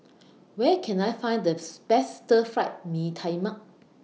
Where Can I Find The Best Stir Fried Mee Tai Mak